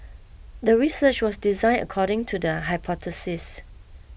the research was designed according to the hypothesis